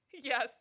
Yes